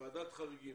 ועדת חריגים,